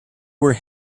were